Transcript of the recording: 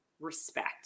respect